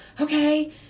okay